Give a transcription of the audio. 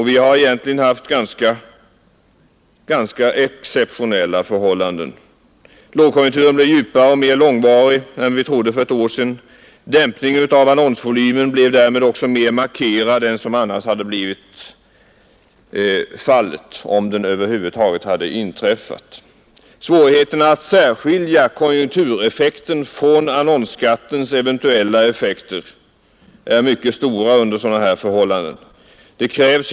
Vi har egentligen haft ganska exceptionella förhållanden. Lågkonjunkturen blev djupare och mera långvarig än vi trodde för ett år sedan. Minskningen av annonsvolymen blev därmed också mer markerad än som annars hade varit fallet, om den över huvud taget hade inträffat. Svårigheterna att särskilja konjunktureffekten från annonsskattens eventuella effekter är under sådana förhållanden mycket stora.